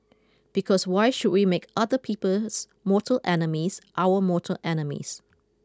because why should we make other people's mortal enemies our mortal enemies